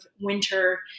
winter